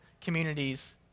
communities